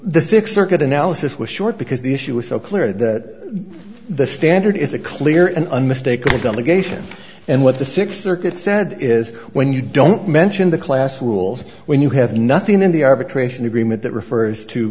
the fix circuit analysis was short because the issue was so clear that the standard is a clear and unmistakable delegation and what the sixth circuit said is when you don't mention the class rules when you have nothing in the arbitration agreement that refers to